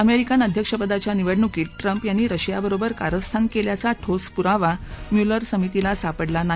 अमेक्किन अध्यक्षपदाच्या निवडणुकीत ट्रंप यांनी रशियाबरोबर कारस्थान क्व्याचा ठोस पुरावा म्युलर समितीला सापडला नाही